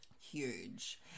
huge